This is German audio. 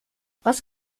was